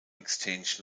exchange